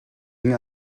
hing